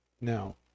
Now